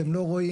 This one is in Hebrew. אתם לא רואים